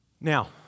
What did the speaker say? Now